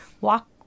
walk